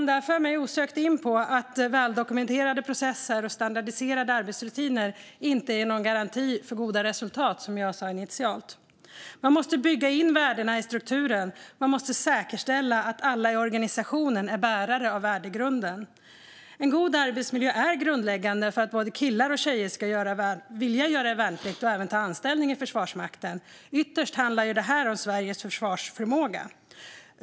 Det här för mig osökt in på det jag sa initialt - att väldokumenterade processer och standardiserade arbetsrutiner inte är någon garanti för goda resultat. Man måste bygga in värdena i strukturen. Man måste säkerställa att alla i organisationen är bärare av värdegrunden. En god arbetsmiljö är grundläggande för att både killar och tjejer ska vilja göra värnplikt och även ta anställning i Försvarsmakten. Ytterst handlar det om Sveriges försvarsförmåga.